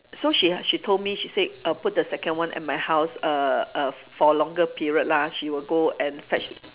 so she ah she told me she said err put the second one at my house err err for longer period lah she will go and fetch